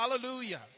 Hallelujah